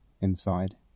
inside